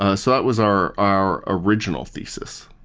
ah so that was our our original thesis.